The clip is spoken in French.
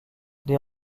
des